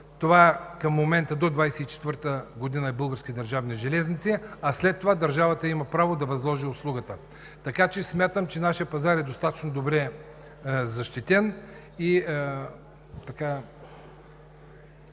Това към момента и до 2024 г. е Български държавни железници, а след това държавата има право да възложи услугата. Така че смятам, че нашият пазар е достатъчно добре защитен и